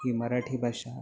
ही मराठी भाषा